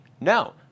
No